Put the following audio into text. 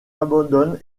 abandonne